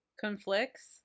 conflicts